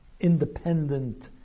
independent